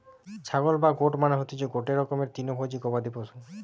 ছাগল বা গোট মানে হতিসে গটে রকমের তৃণভোজী গবাদি পশু